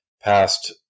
past